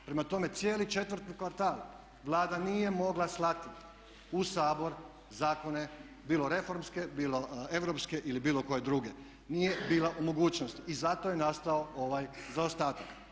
Prema tome, cijeli četvrti kvartal Vlada nije mogla slati u Sabor zakone bilo reformske, bilo europske ili bilo koje druge, nije bila u mogućnosti i zato je nastao ovaj zaostatak.